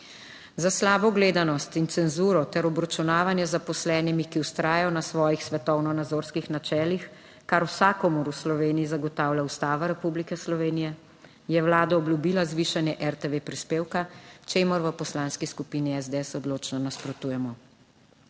Za slabo gledanost in cenzuro ter obračunavanje z zaposlenimi, ki vztrajajo na svojih svetovnonazorskih načelih, kar vsakomur v Sloveniji zagotavlja Ustava Republike Slovenije, je Vlada obljubila zvišanje RTV prispevka, čemur v Poslanski skupini SDS odločno nasprotujemo.